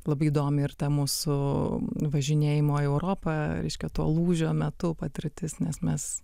labai įdomi ir ta mūsų važinėjimo europa reiškia to lūžio metu patirtis nes mes